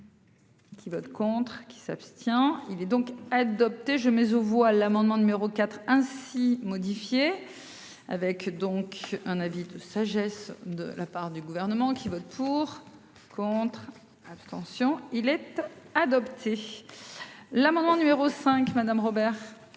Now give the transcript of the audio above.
Qui vote contre qui s'abstient. Il est donc adopté je mais aux voix l'amendement numéro 4 ainsi modifiée avec donc un avis de sagesse de la part du gouvernement qui votent pour, contre, abstention-il être adopté. L'amendement numéro 5 Madame Robert.